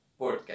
Podcast